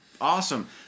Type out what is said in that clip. Awesome